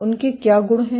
उनके गुण क्या हैं